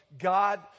God